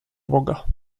boga